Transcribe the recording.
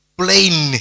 plain